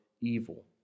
evil